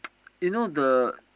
you know the